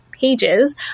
pages